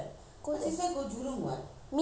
me me I don't know where mah